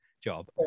job